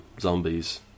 zombies